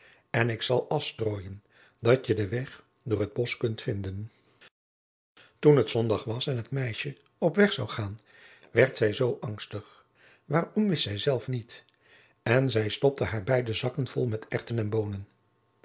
en ik zal asch strooien dat je den weg door het bosch kunt vinden toen het zondag was en het meisje op weg zou gaan werd zij zoo angstig waarom wist zij zelf niet en zij stopte haar beide zakken vol met erwten en boonen